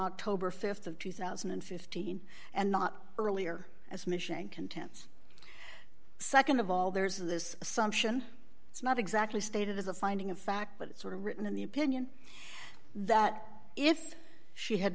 october th of two thousand and fifteen and not earlier as mission contends nd of all there's this assumption it's not exactly stated as a finding of fact but it's sort of written in the opinion that if she had